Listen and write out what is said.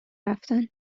رفتن